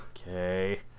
Okay